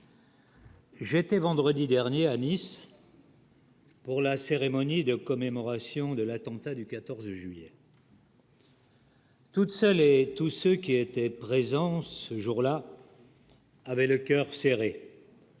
J'étais vendredi dernier à Nice. Pour la cérémonie de commémoration de l'attentat du 14 juillet. Toute seule, et tous ceux qui étaient présents ce jour-là. J'avais le coeur serré.